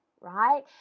right